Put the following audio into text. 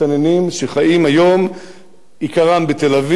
עיקרם בתל-אביב, צמוד לחבר הכנסת ניצן הורוביץ,